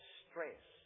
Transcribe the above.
stress